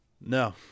No